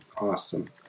Awesome